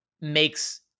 makes